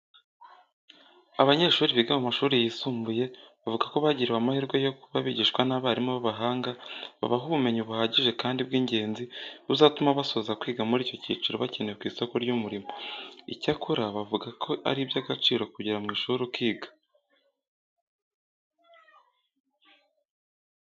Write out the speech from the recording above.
Abanyeshuri biga mu mashuri yisumbuye bavuga ko bagiriwe amahirwe yo kuba bigishwa n'abarimu b'abahanga babaha ubumenyi buhagije kandi bw'ingenzi buzatuma zasoza kwiga muri iki cyiciro bakenewe ku isoko ry'umurimo. Icyakora bavuga ko ari iby'agaciro kugera mu ishuri ukiga.